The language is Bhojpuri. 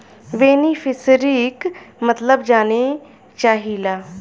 बेनिफिसरीक मतलब जाने चाहीला?